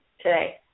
today